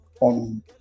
on